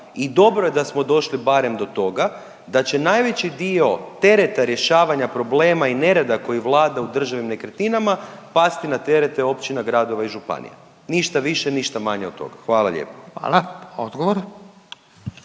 i dobro je da smo došli barem do toga da će najveći dio tereta rješavanja problema i nereda koji vlada u državnim nekretninama pasti na teret općina, gradova i županija. Ništa više, ništa manje od toga. Hvala lijepo. **Radin,